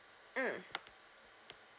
mm